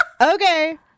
Okay